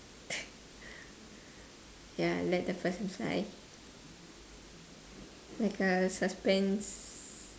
ya let the person try like uh suspense